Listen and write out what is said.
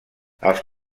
els